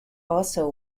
also